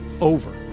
over